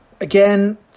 Again